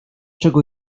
czego